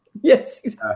yes